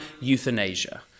euthanasia